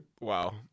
wow